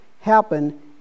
happen